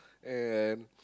and